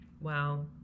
wow